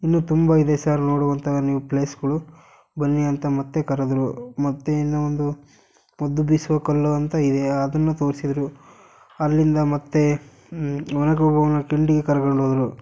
ಇನ್ನೂ ತುಂಬ ಇದೆ ಸರ್ ನೋಡುವಂತಹ ನೀವು ಪ್ಲೇಸ್ಗಳು ಬನ್ನಿ ಅಂತ ಮತ್ತೆ ಕರೆದರು ಮತ್ತು ಇನ್ನೂ ಒಂದು ಪದ್ದು ಬೀಸುವ ಕಲ್ಲು ಅಂತ ಇದೆ ಅದನ್ನು ತೋರಿಸಿದ್ರು ಅಲ್ಲಿಂದ ಮತ್ತೆ ಒನಕೆ ಓಬವ್ವನ ಕಿಂಡಿಗೆ ಕರ್ಕಂಡು ಹೋದರು